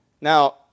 Now